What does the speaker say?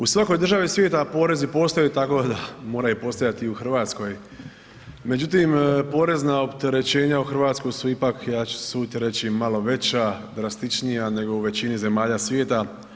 U svakoj državi svijeta porezi postoje tako da moraju postojati i u Hrvatskoj, međutim porezna opterećenja u Hrvatskoj su ipak, ja ću se usuditi reći malo veća, drastičnija nego u većini zemalja svijeta.